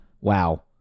Wow